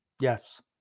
Yes